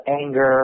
anger